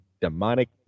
demonic